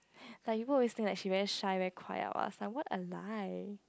like people always think like she very shy very quiet lah I was like what a lie